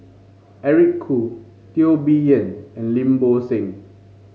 Eric Khoo Teo Bee Yen and Lim Bo Seng